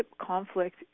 conflict